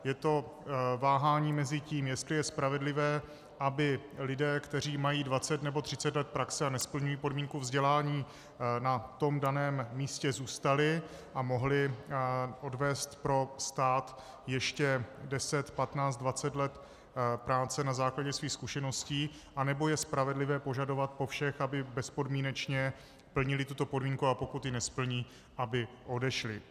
Je to váhání mezi tím, jestli je spravedlivé, aby lidé, kteří mají 20 nebo 30 let praxe a nesplňují podmínku vzdělání, na tom daném místě zůstali a mohli odvést pro stát ještě 10, 15, 20 let práce na základě svých zkušeností, anebo je spravedlivé požadovat po všech, aby bezpodmínečně plnili tuto podmínku, a pokud ji nesplní, aby odešli.